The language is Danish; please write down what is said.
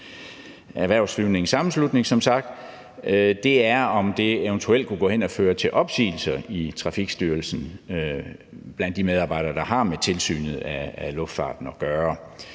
Erhvervsflyvningens Sammenslutning, som sagt – er, om det eventuelt kunne gå hen og føre til opsigelser i Trafikstyrelsen blandt de medarbejdere, der har med tilsynet af luftfarten at gøre.